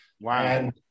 Wow